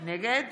נגד